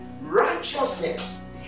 righteousness